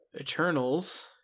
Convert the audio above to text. eternals